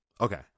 Okay